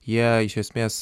jie iš esmės